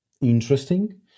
interesting